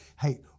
hey